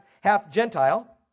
half-Gentile